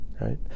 right